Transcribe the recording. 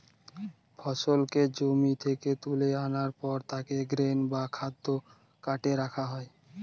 ফসলকে জমি থেকে তুলে আনার পর তাকে গ্রেন বা খাদ্য কার্টে রাখা হয়